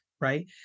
right